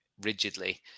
rigidly